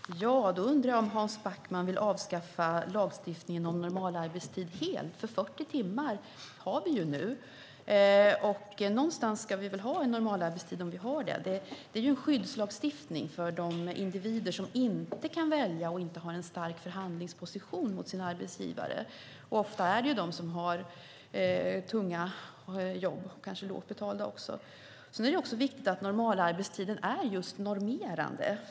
Herr talman! Jag undrar om Hans Backman helt vill avskaffa lagstiftningen om normalarbetstid. Vi har ju nu 40 timmar per vecka. Någonstans ska vi väl ha normalarbetstid när nu sådan finns. Det är en skyddslagstiftning för de individer som inte kan välja och som inte har en stark förhandlingsposition gentemot sin arbetsgivare. Ofta gäller det de som har tunga och kanske också lågt betalda jobb. Viktigt är också att normalarbetstiden är normerande.